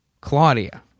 Claudia